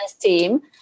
team